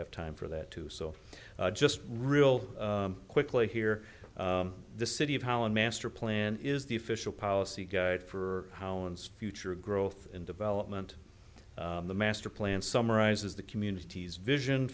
have time for that too so just real quickly here the city of holland master plan is the official policy guide for how and future growth and development the master plan summarizes the community's vision